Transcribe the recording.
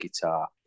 guitar